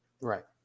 right